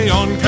on